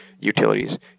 utilities